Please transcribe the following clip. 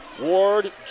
ward